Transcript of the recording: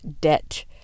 debt